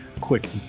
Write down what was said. quick